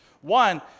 One